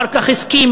אחר כך הסכימו,